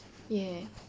!yay!